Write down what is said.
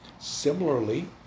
Similarly